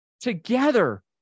together